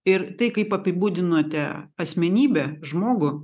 ir tai kaip apibūdinote asmenybę žmogų